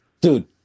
Dude